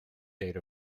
date